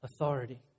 authority